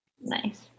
Nice